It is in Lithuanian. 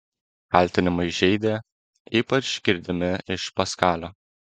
kaltinimai žeidė ypač girdimi iš paskalio